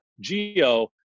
Geo